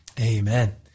Amen